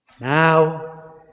Now